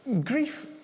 grief